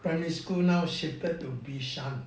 primary school now shifted to bishan